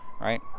right